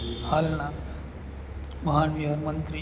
હાલના વાહનવ્યવહાર મંત્રી